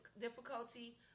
difficulty